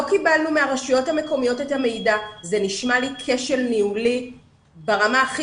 לא קיבלנו מהרשויות המקומיות את המידע' זה נשמע לי כשל ניהולי ברמה הכי